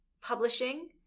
publishing